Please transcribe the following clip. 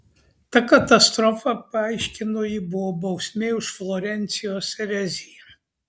ta katastrofa paaiškino ji buvo bausmė už florencijos ereziją